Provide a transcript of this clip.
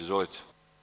Izvolite.